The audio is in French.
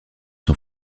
son